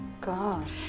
God